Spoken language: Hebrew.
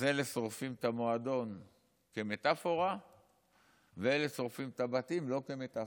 אלה שורפים את המועדון כמטפורה ואלה שורפים את הבתים לא כמטפורה.